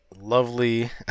lovely